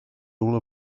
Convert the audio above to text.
all